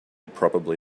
probably